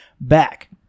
back